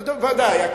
ודאי.